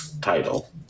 title